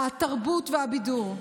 התרבות והבידור,